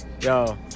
yo